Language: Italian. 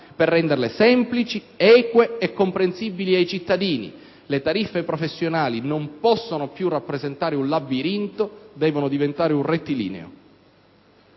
per renderle semplici, eque e comprensibili ai cittadini. Le tariffe professionali non possono più rappresentare un labirinto: devono diventare un rettilineo.